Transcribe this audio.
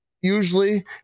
usually